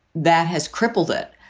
that has crippled it.